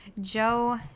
Joe